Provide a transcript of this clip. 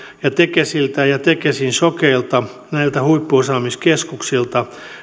ja tekesiltä ja tekesin shokeilta näiltä huippuosaamiskeskuksilta